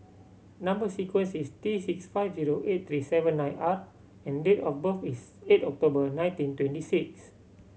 number sequence is T six five zero eight three seven nine R and date of birth is eight October nineteen twenty six